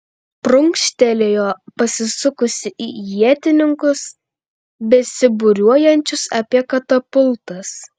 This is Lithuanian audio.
prunkštelėjo pasisukusi į ietininkus besibūriuojančius apie katapultas